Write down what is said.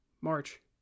march